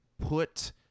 put